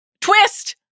twist